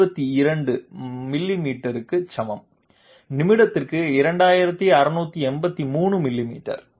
72 மில்லிமீட்டருக்கு சமம் நிமிடத்திற்கு 2683 மில்லிமீட்டர்